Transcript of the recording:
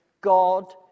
God